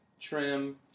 trim